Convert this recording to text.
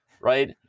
right